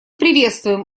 приветствуем